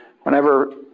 Whenever